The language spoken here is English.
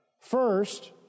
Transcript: First